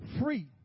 free